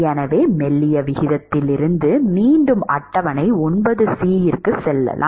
எனவே மெல்லிய விகிதத்திலிருந்து மீண்டும் அட்டவணை 9C க்கு செல்லலாம்